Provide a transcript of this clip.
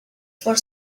for